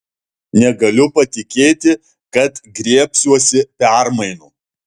negaliu patikėti kad griebsiuosi permainų